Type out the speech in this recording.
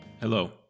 Hello